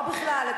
או בכלל,